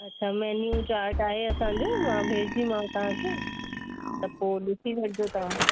menu chart आहे असांजो मां भेजदीमाव तव्हांखे त पोइ ॾिसी वठिजो तव्हां